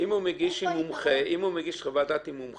אם הוא מגיש חוות דעת עם מומחה,